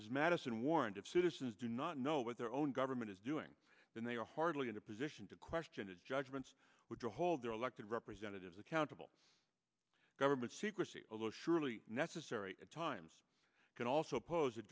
as madison warned of citizens do not know what their own government is doing and they are hardly in a position to question his judgments were to hold their elected representatives accountable government secrecy although surely necessary at times can also pose a